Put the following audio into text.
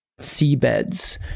seabeds